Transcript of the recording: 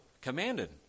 commanded